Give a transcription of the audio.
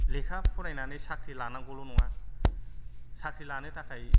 लेखा फरायनानै साख्रि लानांगौल' नङा साख्रि लानो थाखाय